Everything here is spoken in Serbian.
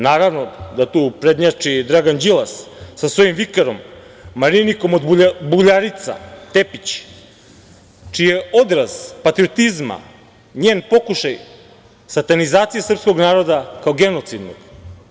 Naravno da tu prednjači i Dragan Đilas sa svojim vikarom Marinikom od Buljarica Tepić, čiji je odraz patriotizma njen pokušaj satanizacije srpskog naroda kao genocidnog.